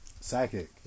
psychic